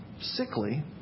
sickly